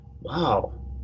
wow